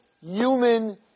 human